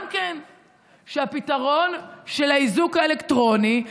הפתרון של האיזוק האלקטרוני,